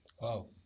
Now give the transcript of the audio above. Wow